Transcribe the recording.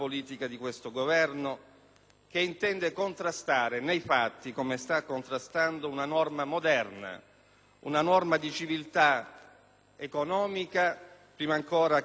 che intende contrastare nei fatti, come sta facendo, una norma moderna, di civiltà economica, prima ancora che giuridica;